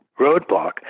roadblock